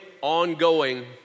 ongoing